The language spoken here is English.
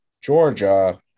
Georgia